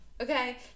Okay